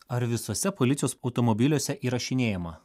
ar visuose policijos automobiliuose įrašinėjama